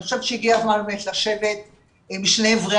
אני חושבת שהגיע הזמן לשבת משני עברי